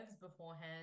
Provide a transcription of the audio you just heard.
beforehand